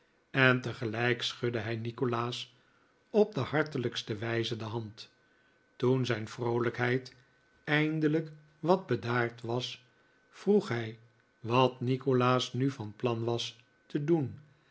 en tegelijk schudde hij nikolaas op de hartelijkste wijze de hand toen zijn vroolijkheid eindelijk wat bedaard was vroeg hij wat nikolaas nu van plan was te doen